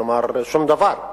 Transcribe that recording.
כלומר, שום דבר.